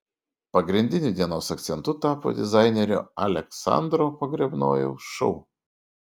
pagrindiniu dienos akcentu tapo dizainerio aleksandro pogrebnojaus šou